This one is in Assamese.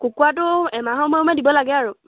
কুকুৰাটো এমাহৰ মূৰে মূৰে দিব লাগে আৰু